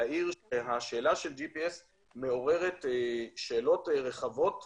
אעיר שהשאלה של הג'י.פי.אס מעוררת שאלות רחבות